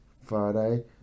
Friday